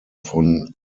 von